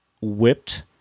whipped